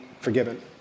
forgiven